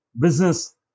business